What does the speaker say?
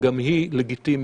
שגם היא לגיטימית,